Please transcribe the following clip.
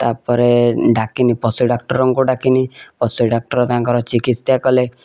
ତା'ପରେ ଡାକିଲି ପଶୁ ଡକ୍ଟରଙ୍କୁ ଡାକିଲି ପଶୁ ଡକ୍ଟର ତାଙ୍କର ଚିକିତ୍ସା କଲେ